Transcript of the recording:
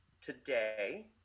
today